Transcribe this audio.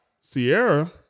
Sierra